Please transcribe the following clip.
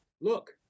look